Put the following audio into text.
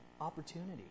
opportunity